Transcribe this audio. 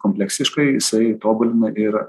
kompleksiškai jisai tobulina ir